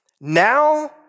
Now